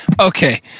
Okay